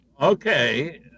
okay